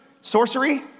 Sorcery